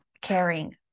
caring